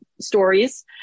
stories